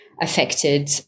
affected